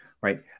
right